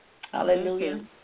Hallelujah